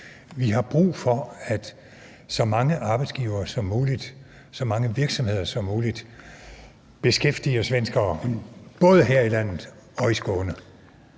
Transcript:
Vi har brug for, at så mange arbejdsgivere som muligt, så mange virksomheder som muligt beskæftiger svenskere, både her i landet og i Skåne.